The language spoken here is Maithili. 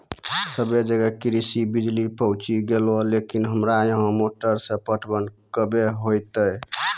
सबे जगह कृषि बिज़ली पहुंची गेलै लेकिन हमरा यहाँ मोटर से पटवन कबे होतय?